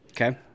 Okay